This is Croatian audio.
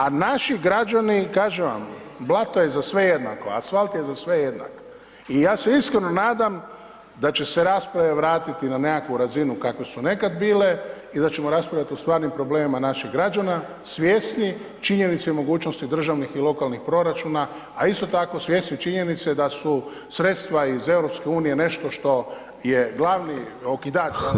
A naši građani, kažem vam, blato je za sve jednako, asfalt je za sve jednak i ja se iskreno nadam da će se rasprave vratiti na nekakvu razinu kakve su nekad bile i da ćemo raspravljati o stvarnim problemima naših građana, svjesni činjenice i mogućnosti državnih i lokalnih proračuna, a isto tako svjesni činjenice da su sredstva iz EU nešto što je glavni okidač za investicije u RH.